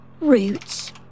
Roots